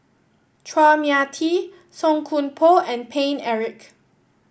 Chua Mia Tee Song Koon Poh and Paine Eric